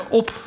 op